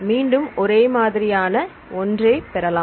மீண்டும் ஒரே மாதிரியான ஒன்றே பெறலாம்